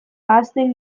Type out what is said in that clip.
ahazten